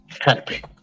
happy